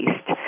East